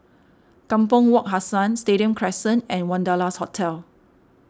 Kampong Wak Hassan Stadium Crescent and Wanderlust Hotel